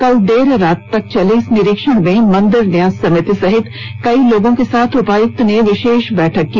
कल देर रात तक चले इस निरीक्षण में मंदिर न्यास समिति सहित कई लोगों के साथ उपायुक्त ने विशेष बैठक की